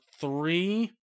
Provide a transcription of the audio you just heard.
three